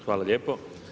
Hvala lijepo.